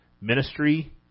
ministry